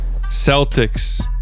Celtics